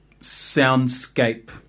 soundscape